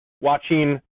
watching